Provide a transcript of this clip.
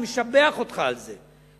אני משבח אותך על זה,